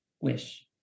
wish